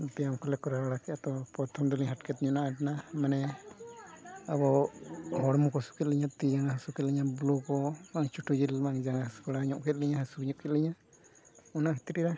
ᱵᱮᱭᱟᱢ ᱠᱚᱞᱮ ᱠᱚᱨᱟᱣ ᱵᱟᱲᱟ ᱠᱮᱫᱟ ᱛᱚ ᱯᱚᱨᱛᱷᱚᱢ ᱫᱚᱞᱤᱧ ᱦᱟᱨᱠᱮᱛ ᱧᱚᱜ ᱞᱮᱱᱟ ᱢᱟᱱᱮ ᱟᱵᱚ ᱦᱚᱲᱢᱚᱠᱚ ᱦᱟᱥᱩ ᱠᱮᱫᱞᱤᱧᱟᱹ ᱛᱤᱼᱡᱟᱸᱜᱟ ᱦᱟᱥᱩ ᱠᱮᱫᱞᱤᱧᱟᱹ ᱵᱩᱞᱩᱠᱚ ᱟᱨ ᱪᱩᱴᱩ ᱡᱤᱞ ᱵᱟᱝ ᱡᱟᱸᱜᱟ ᱦᱟᱥᱩ ᱵᱟᱲᱟᱧᱚᱜ ᱠᱮᱫ ᱞᱤᱧᱟᱹ ᱦᱟᱥᱩ ᱧᱚᱜ ᱠᱮᱫᱞᱤᱧᱟᱹ ᱚᱱᱟ ᱠᱷᱟᱹᱛᱤᱨ ᱜᱮ